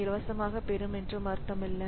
இலவசமாகப் பெறும் என்று அர்த்தமல்ல